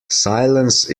silence